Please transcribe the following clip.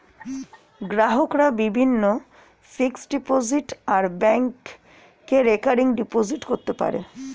গ্রাহকরা বিভিন্ন fixed deposit আর ব্যাংকে রেকারিং ডিপোজিট করতে পারে